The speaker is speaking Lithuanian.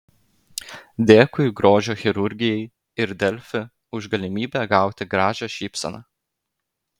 dėkui grožio chirurgijai ir delfi už galimybę gauti gražią šypseną